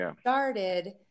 started